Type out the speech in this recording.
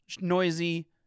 Noisy